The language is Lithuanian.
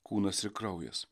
kūnas ir kraujas